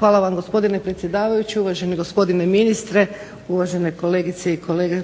Hvala vam gospodine predsjedavajući, uvaženi gospodine ministre, uvažene kolegice i kolege